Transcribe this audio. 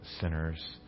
sinners